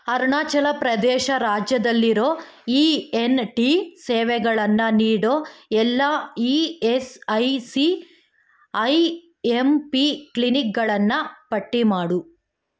ಅರುಣಾಚಲ ಪ್ರದೇಶ ರಾಜ್ಯದಲ್ಲಿರೋ E N T ಸೇವೆಗಳನ್ನು ನೀಡೋ ಎಲ್ಲ E S I C I M P ಕ್ಲಿನಿಕ್ಗಳನ್ನು ಪಟ್ಟಿ ಮಾಡು